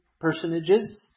personages